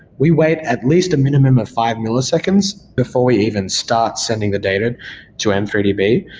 we wait at least a minimum of five milliseconds before we even start sending the data to m three d b.